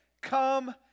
Come